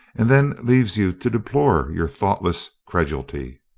and then leaves you to deplore your thoughtless credulity.